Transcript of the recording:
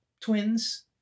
twins